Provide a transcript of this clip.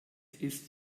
ist